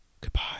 Goodbye